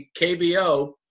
KBO